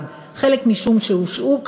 חלק משום שהושעו,